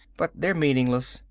but they're meaningless.